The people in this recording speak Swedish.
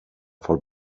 får